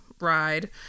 ride